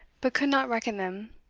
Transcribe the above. but could not reckon them.